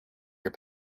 your